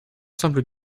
simple